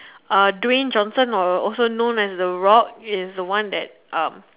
uh Dwayne Johnson or also known as the rock is the one that um